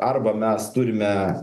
arba mes turime